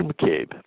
McCabe